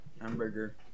Hamburger